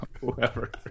whoever